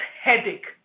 headache